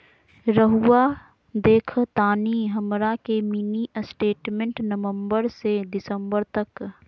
रहुआ देखतानी हमरा के मिनी स्टेटमेंट नवंबर से दिसंबर तक?